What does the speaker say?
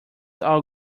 all